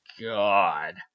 God